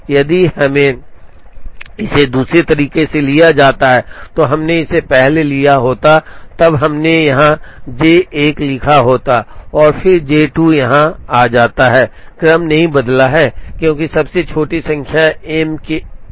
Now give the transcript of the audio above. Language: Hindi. यदि हमें इसे दूसरे तरीके से लिया जाता है तो हमने इसे पहले लिया होता है तब हमने यहाँ J 1 लिखा होता है और फिर J 2 यहाँ आ जाता है क्रम नहीं बदला है क्योंकि सबसे छोटी संख्या M 1 के लिए हुई थी